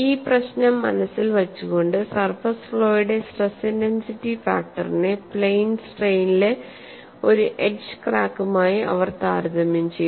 ആ പ്രശ്നം മനസ്സിൽ വച്ചുകൊണ്ട് സർഫസ് ഫ്ലോയുടെ സ്ട്രെസ് ഇന്റൻസിറ്റി ഫാക്ടറിനെ പ്ലെയ്ൻ സ്ട്രെയ്നിലെ ഒരു എഡ്ജ് ക്രാക്കുമായി അവർ താരതമ്യം ചെയ്തു